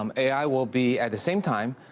um a i. will be, at the same time,